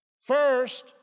first